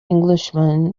englishman